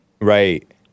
Right